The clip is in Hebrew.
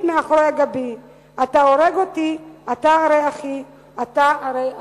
מאחורי גבי / אתה הורג אותי / אתה הרי אחי / אתה הרי אחי."